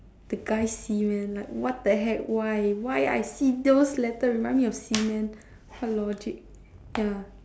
the guys semen like what the heck why why I see those letter remind me of semen what logic ya